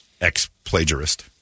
ex-plagiarist